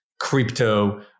crypto